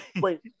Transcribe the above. Wait